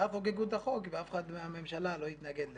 ואז חוקקו את החוק ואף אחד מהממשלה לא התנגד לזה.